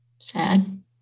sad